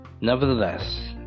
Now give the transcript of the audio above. Nevertheless